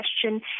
question